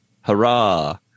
hurrah